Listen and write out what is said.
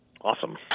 Awesome